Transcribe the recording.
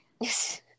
Yes